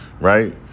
right